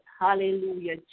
Hallelujah